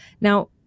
Now